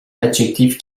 l’adjectif